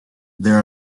there